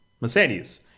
Mercedes